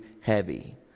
heavy